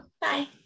bye